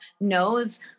knows